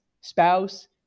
spouse